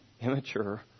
immature